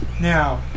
Now